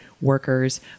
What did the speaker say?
workers